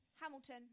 Hamilton